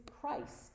Christ